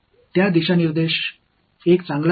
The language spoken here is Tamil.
அதன் திசைகள் ஒரு நல்ல புள்ளி